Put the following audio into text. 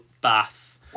Bath